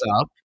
up